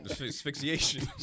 Asphyxiation